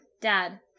Dad